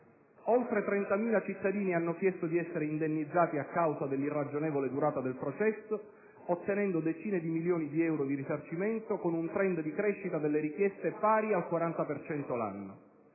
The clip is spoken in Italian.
Oltre 30.000 cittadini hanno chiesto di essere indennizzati a causa dell'irragionevole durata del processo, ottenendo decine di milioni di euro di risarcimenti, con un *trend* di crescita delle richieste pari al 40 per